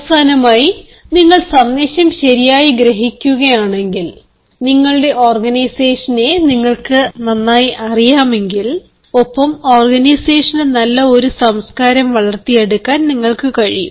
അവസാനമായി നിങ്ങൾ സന്ദേശം ശരിയായി ഗ്രഹിക്കുകയാണെങ്കിൽ നിങ്ങളുടെ ഓർഗനൈസേഷനെ നിങ്ങൾക്ക് നന്നായി അറിയാമെങ്കിൽ ഒപ്പം ഓർഗനൈസേഷന് നല്ല ഒരു സംസ്കാരം വളർത്തിയെടുക്കാൻ നിങ്ങൾക്ക് കഴിയും